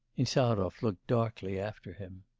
insarov looked darkly after him.